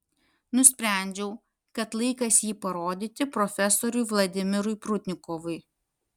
nusprendžiau kad laikas jį parodyti profesoriui vladimirui prudnikovui